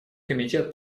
комитет